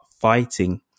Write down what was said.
fighting